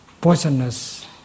poisonous